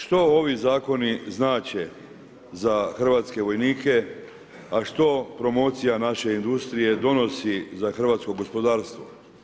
Što ovi zakoni znače za hrvatske vojnike, a što promocija naše industrije donosi za hrvatsko gospodarstvo.